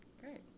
great